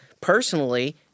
personally